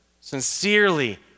sincerely